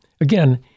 Again